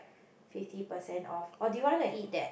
fifty percent off or do you want to eat that